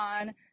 on